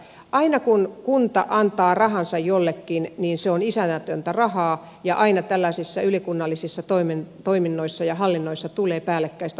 aina kun kunta antaa rahansa jollekin niin se on isännätöntä rahaa ja aina tällaisissa ylikunnallisissa toiminnoissa ja hallinnoissa tulee päällekkäistä hallintoa